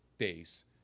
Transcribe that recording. days